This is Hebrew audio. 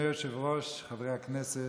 אדוני היושב-ראש, חברי הכנסת,